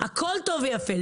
הכול טוב ויפה.